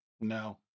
No